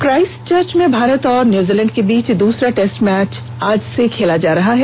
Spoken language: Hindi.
काइश्टचर्च में भारत और न्यूजीलैंड के बीच दूसरा टेस्ट मैच आज से खेला जा रहा है